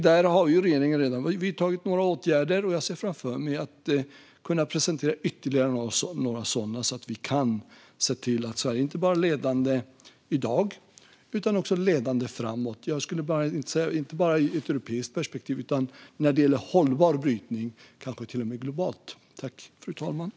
Där har regeringen redan vidtagit några åtgärder, och jag ser framför mig att kunna presentera ytterligare några sådana. Då kan vi se till att Sverige inte bara är ledande i dag utan också framåt - inte bara i ett europeiskt perspektiv, utan när det gäller hållbar brytning kanske till och med i ett globalt perspektiv.